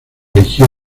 eligió